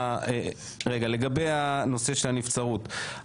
רגע לגבי הנושא של הנבצרות,